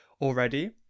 already